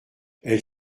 elle